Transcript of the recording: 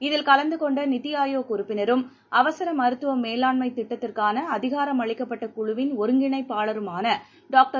இந்தகூட்டத்தில் உறுப்பினரும் அவசரமருத்துவமேலாண்மைதிட்டத்திற்கானஅதிகாரமளிக்கப்பட்டகுழுவின் ஒருங்கிணைப்பாளருமானடாக்டர்